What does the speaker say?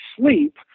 sleep